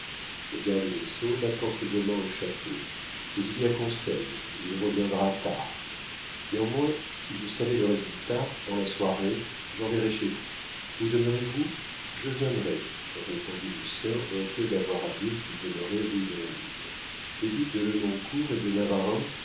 le garde des sceaux la porte demain au château mais il y a conseil il reviendra tard néanmoins si je savais le résultat dans la soirée j'enverrai chez vous où demeurez-vous je viendrai répondit lucien honteux d'avoir à dire qu'il demeurait rue de la lune les ducs de lenoncourt et de navarreins